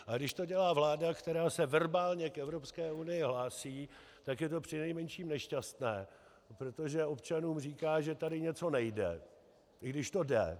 Ale když to dělá vláda, která se verbálně k Evropské unii hlásí, tak je to přinejmenším nešťastné, protože občanům říká, že tady něco nejde, i když to jde.